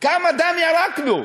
כמה דם ירקנו,